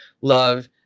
love